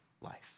life